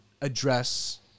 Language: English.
address